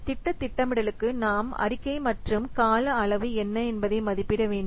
திட்ட திட்டமிடலுக்குநாம் அறிக்கை மற்றும் கால அளவு என்ன என்பதை மதிப்பிட வேண்டும்